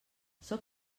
sóc